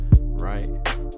right